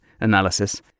analysis